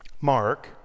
Mark